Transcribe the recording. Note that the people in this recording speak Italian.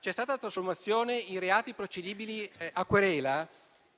c'è stata la trasformazione in reati procedibili a querela,